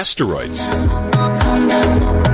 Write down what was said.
asteroids